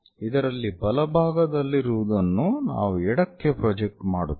ಇದರಲ್ಲಿ ಬಲಭಾಗದಲ್ಲಿರುವುದನ್ನು ನಾವು ಎಡಕ್ಕೆ ಪ್ರೊಜೆಕ್ಟ್ ಮಾಡುತ್ತೇವೆ